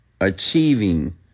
achieving